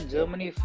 Germany